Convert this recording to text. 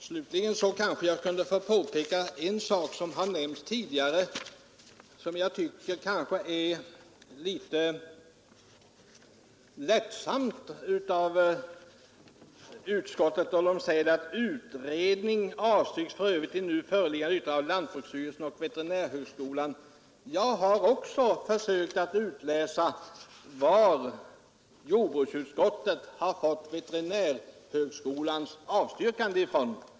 Slutligen kanske jag kunde få påpeka en sak som har nämnts tidigare och som jag tycker handlagts litet lättvindigt av utskottet, då det säger att utredning avstyrkts av lantbruksstyrelsen och veterinärhögskolan. Jag har också försökt att utläsa var jordbruksutskottet har fått veterinärhögskolans avstyrkande ifrån.